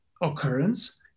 occurrence